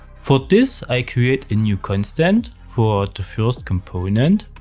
for this, i create a new constant for the first component,